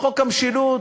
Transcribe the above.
חוק המשילות,